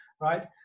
right